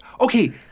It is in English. Okay